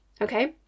Okay